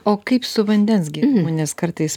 o kaip su vandens gėrimu nes kartais